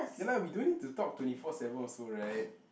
ya lah we don't need to talk twenty four seven also [right]